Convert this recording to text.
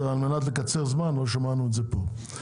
על מנת לקצר זמן לא שמענו את זה פה.